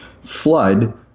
Flood